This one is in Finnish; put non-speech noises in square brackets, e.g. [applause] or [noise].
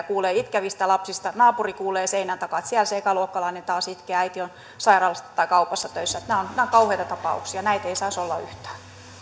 [unintelligible] kuulee itkevistä lapsista naapuri kuulee seinän takaa että siellä se ekaluokkalainen taas itkee ja äiti on sairaalassa tai kaupassa töissä nämä ovat kauheita tapauksia näitä ei saisi olla yhtään